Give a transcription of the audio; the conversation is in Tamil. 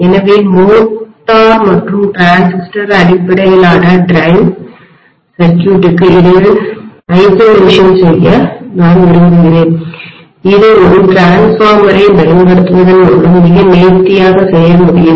எனவே மோட்டார் மற்றும் டிரான்சிஸ்டர் அடிப்படையிலான டிரைவ் சுற்றுக்குசர்க்யூட்க்கு இடையில் தனிமைப்படுத்தஐசொலேஷன் செய்ய நான் விரும்புகிறேன் இது ஒரு டிரான்ஸ்ஃபார்மரை மின்மாற்றியைப் பயன்படுத்துவதன் மூலம் மிக நேர்த்தியாக செய்ய முடியும்